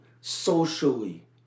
socially